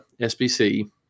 SBC